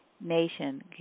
nation